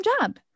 job